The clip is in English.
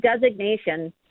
designation